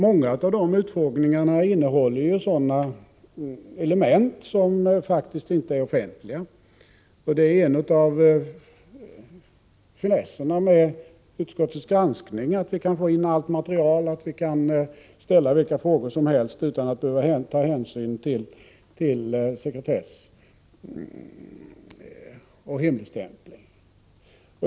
Många av KU:s utfrågningar innehåller ju sådana element som faktiskt inte är offentliga. Det är en av finesserna med utskottets granskning att vi kan få in allt material och ställa vilka frågor som helst utan att behöva ta hänsyn till sekretess och hemligstämpel.